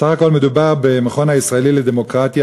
בסך הכול מדובר במכון הישראלי לדמוקרטיה,